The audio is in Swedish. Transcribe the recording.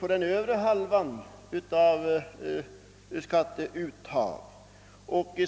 på den övre halvan.